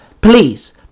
Please